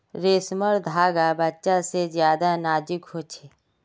रेसमर धागा बच्चा से ज्यादा नाजुक हो छे